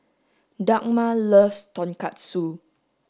Dagmar loves tonkatsu